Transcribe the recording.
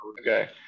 Okay